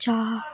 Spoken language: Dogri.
चाह्